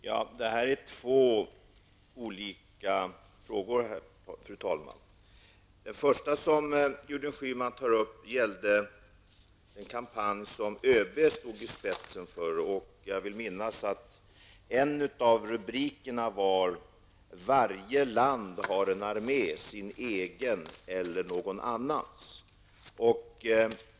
Fru talman! Detta är två olika frågor. Det första som Gudrun Schyman tog upp gällde den kampanj som ÖB stod i spetsen för. Jag vill minnas att en av rubrikerna var: Varje land har en armé, sin egen eller någon annans.